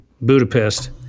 Budapest